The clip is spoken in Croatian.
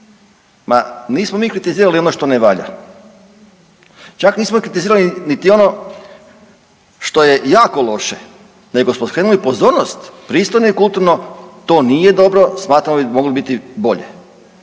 Ma nismo mi kritizirali ono što ne valja, čak nismo kritizirali niti ono što je jako loše nego smo skrenuli pozornost, pristojno i kulturno to nije dobro, smatramo da bi moglo biti bolje.